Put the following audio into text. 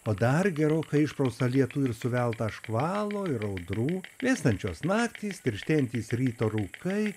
o dar gerokai išpraustą lietų ir suveltą škvalo ir audrų vėstančios naktys tirštėjantys ryto rūkai